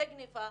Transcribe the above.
זה גניבה,